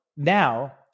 Now